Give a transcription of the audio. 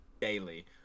daily